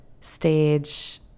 stage